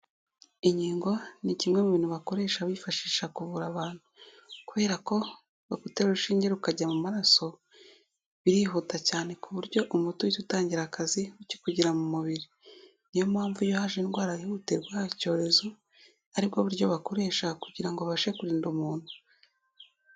Inkingo ni kimwe mu bintu bakoresha bifashisha kuvura abantu kubera ko bakutera urushinge rukajya mu maraso birihuta cyane ku buryo umuti uhita utangira akazi uki kugera mu mubiri niyo mpamvu iyo haje indwara yihutirwa guha icyorezo ari bwo buryo bakoresha kugira ngo ubashe kurinda umuntu.